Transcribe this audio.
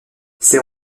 ses